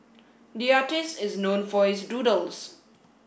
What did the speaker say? the artist is known for his doodles